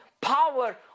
power